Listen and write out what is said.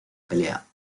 pelea